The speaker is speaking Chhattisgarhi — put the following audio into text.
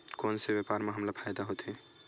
कोन से व्यापार म हमला फ़ायदा होथे?